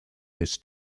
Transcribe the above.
this